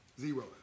Zero